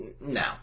no